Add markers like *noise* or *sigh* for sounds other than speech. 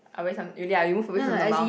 I always *noise* really ah you move away from Sembawang